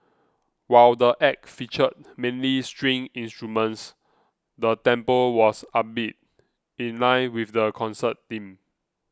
while the Act featured mainly string instruments the tempo was upbeat in line with the concert theme